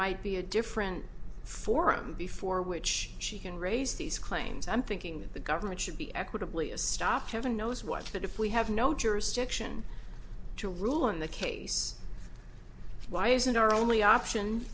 might be a different forum before which she can raise these claims i'm thinking that the government should be equitably a stop heaven knows what but if we have no jurisdiction to rule on the case why isn't our only option